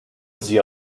sie